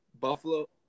Buffalo